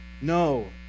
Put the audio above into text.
No